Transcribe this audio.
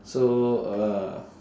so uh